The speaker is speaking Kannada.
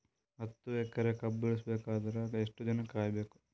ಹತ್ತು ಎಕರೆ ಕಬ್ಬ ಇಳಿಸ ಬೇಕಾದರ ಎಷ್ಟು ದಿನ ಕಾಯಿ ಬೇಕು?